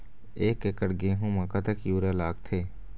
एक एकड़ गेहूं म कतक यूरिया लागथे?